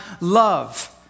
love